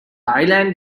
island